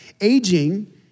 Aging